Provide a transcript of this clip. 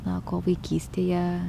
na ko vaikystėje